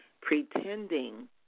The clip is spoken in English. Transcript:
pretending